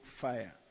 fire